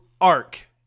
arc